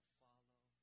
follow